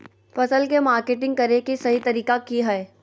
फसल के मार्केटिंग करें कि सही तरीका की हय?